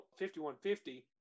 5150